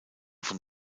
von